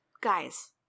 guys